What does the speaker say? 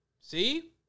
See